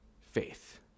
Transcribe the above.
faith